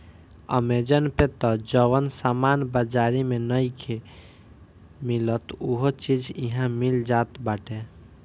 Amazon पे तअ जवन सामान बाजारी में नइखे मिलत उहो चीज इहा मिल जात बाटे